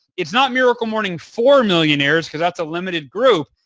it's not miracle morning for millionaires because that's a limited group.